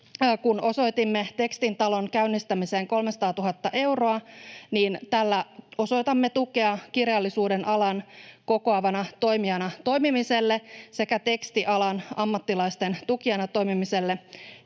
kun osoitimme Tekstin talon käynnistämiseen 300 000 euroa, tällä osoitamme heille tukea kirjallisuuden alan kokoavana toimijana toimimiselle sekä tekstialan ammattilaisten tukijana toimimiselle,